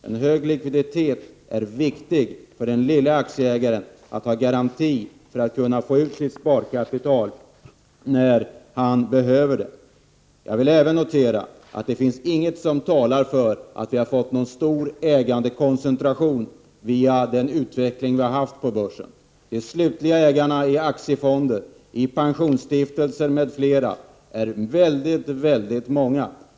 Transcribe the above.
En hög likviditet är viktig för den lill aktieägaren som garanti för att kunna ta ut sitt sparkapital när han behöve det. Det finns inget som talar för att vi har fått någon stor ägandekoncentratiod genom den utveckling som pågått på börsen. De slutliga ägarna i aktiefonde pensionsstiftelser m.m. är väldigt många.